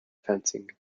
fencing